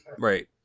Right